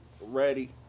Ready